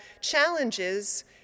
challenges